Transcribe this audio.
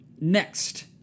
next